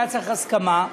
היה צריך הסכמה,